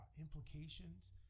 implications